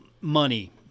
money